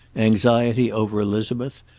anxiety over elizabeth,